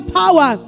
power